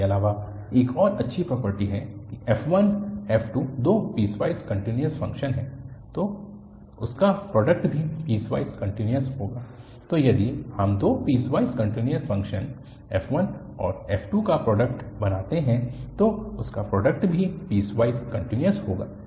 इसके अलावा एक और अच्छी प्रॉपर्टी है कि f1 f2 दो पीसवाइस कन्टिन्यूअस फंक्शन हैं तो उनका प्रोडक्ट भी पीसवाइस कन्टिन्यूअस होगा तो यदि हम दो पीसवाइस कन्टिन्यूअस फंक्शन f1 और f2 का प्रोडक्ट बनाते हैं तो उनका प्रोडक्ट भी पीसवाइस कन्टिन्यूअस होगा